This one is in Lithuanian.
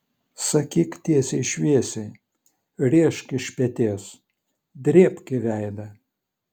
sakyk tiesiai šviesiai rėžk iš peties drėbk į veidą